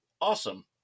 awesome